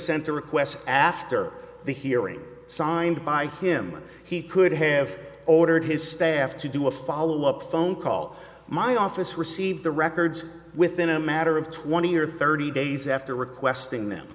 sent a request after the hearing signed by him he could have ordered his staff to do a follow up phone call my office received the records within a matter of twenty or thirty days after requesting them